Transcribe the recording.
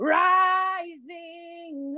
rising